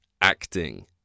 acting